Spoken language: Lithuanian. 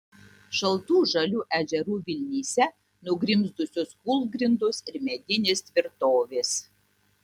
šaltų žalių ežerų vilnyse nugrimzdusios kūlgrindos ir medinės tvirtovės